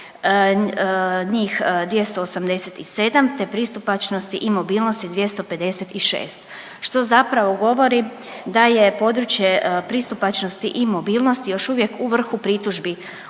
njih 287 te pristupačnosti i mobilnosti 256, što zapravo govori da je područje pristupačnosti i mobilnosti još uvijek u vrhu pritužbi